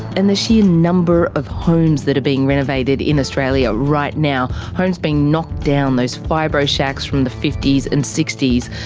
and the sheer number of homes that are being renovated in australia right now, homes being knocked down, those fibro shacks from the fifty s and sixty s,